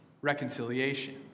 reconciliation